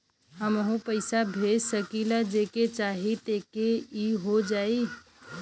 हमहू पैसा भेज सकीला जेके चाही तोके ई हो जाई?